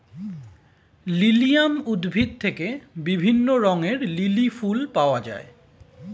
lilium উদ্ভিদ থেকে বিভিন্ন রঙের লিলি ফুল পাওয়া যায়